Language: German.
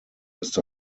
ist